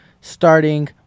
Starting